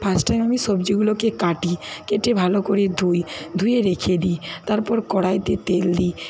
fast time আমি সবজিগুলোকে কাটি কেটে ভালো করে ধুই ধুয়ে রেখে দিই তারপর কড়াইতে তেল দিই